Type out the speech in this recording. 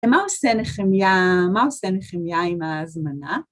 ‫ומה עושה נחמיה... מה עושה נחמיה עם ההזמנה?